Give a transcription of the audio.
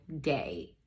day